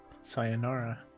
Sayonara